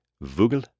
Vogel